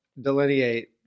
delineate